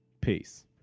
Peace